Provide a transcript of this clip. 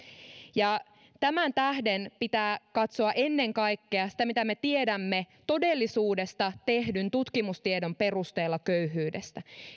tämän tähden pitää katsoa ennen kaikkea sitä mitä me tiedämme todellisuudesta tehdyn tutkimustiedon perusteella köyhyydestä